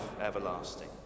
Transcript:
everlasting